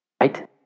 Right